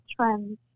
trends